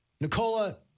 Nicola